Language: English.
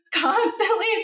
constantly